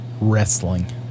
wrestling